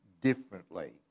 differently